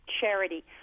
charity